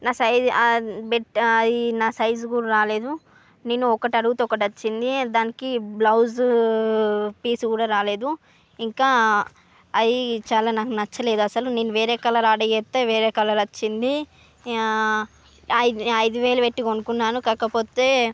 నా సైజు అది నా సైజు కూడా రాలేదు నేను ఒకటి అడుగుతే ఒకటి వచ్చింది దానికి బ్లౌజ్ పీస్ కూడా రాలేదు ఇంకా అది చాలా నాకు నచ్చలేదు అసలు నేను వేరే కలర్ ఆర్డర్ చేస్తే వేరే కలర్ వచ్చింది ఐదు ఐదు వేలు పెట్టి కొనుక్కున్నాను కాకపోతే